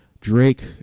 Drake